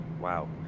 wow